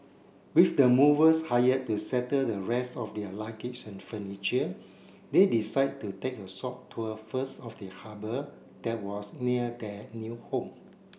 with the movers hired to settle the rest of their luggage and furniture they decide to take a short tour first of the harbour that was near their new home